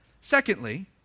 Secondly